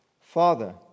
Father